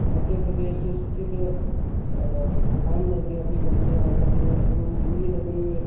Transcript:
मध्यप्रदेशस्थित भोपालनगरे अपि गमनीयं वर्तते एवं दिल्लीनगरे